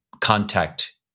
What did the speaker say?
contact